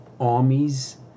armies